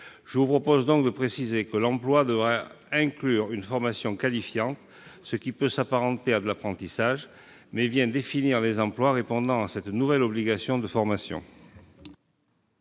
Je vous propose de préciser que l'emploi devra inclure une formation qualifiante, ce qui peut s'apparenter à de l'apprentissage, et de bien définir les emplois répondant à cette nouvelle obligation de formation.